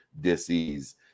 disease